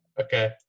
Okay